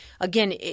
again